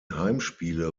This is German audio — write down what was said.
heimspiele